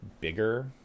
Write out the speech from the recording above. bigger